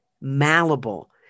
malleable